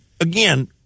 again